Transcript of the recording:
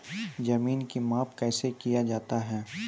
जमीन की माप कैसे किया जाता हैं?